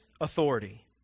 authority